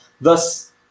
thus